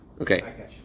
Okay